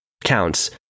counts